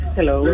Hello